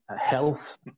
health